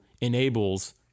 enables